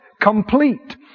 complete